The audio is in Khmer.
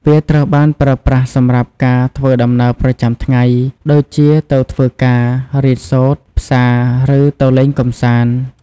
វាត្រូវបានប្រើប្រាស់សម្រាប់ការ ធ្វើដំណើរប្រចាំថ្ងៃ ដូចជាទៅធ្វើការ រៀនសូត្រ ផ្សារ ឬទៅលេងកម្សាន្ត ។